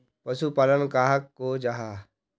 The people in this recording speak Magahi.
पशुपालन कहाक को जाहा?